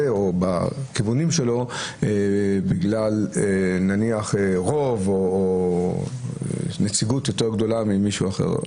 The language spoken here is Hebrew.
או בכיוונים שלו בגלל רוב או נציגות יותר גדולה ממישהו אחר.